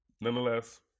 nonetheless